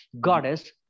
goddess